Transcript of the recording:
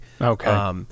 Okay